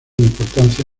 importancia